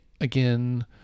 again